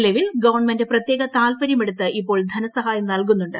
നിലവിൽ ഗവൺമെന്റ് പ്രത്യേക താത്പര്യമെടുത്ത് ഇപ്പോൾ ധനസഹായം നൽകുന്നുണ്ട്